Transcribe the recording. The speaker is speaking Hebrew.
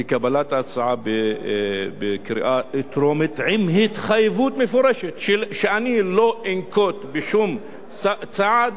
וקבלת ההצעה בקריאה טרומית עם התחייבות מפורשת שאני לא אנקוט שום צעד